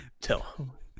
Tell